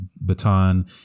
baton